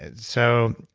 and so,